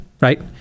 Right